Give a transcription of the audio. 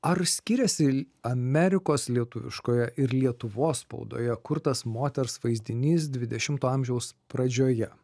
ar skiriasi amerikos lietuviškoje ir lietuvos spaudoje kurtas moters vaizdinys dvidešimto amžiaus pradžioje